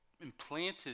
implanted